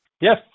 yes